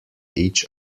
each